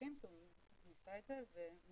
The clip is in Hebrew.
אנשים שניסה עליהם והוא מתקדם.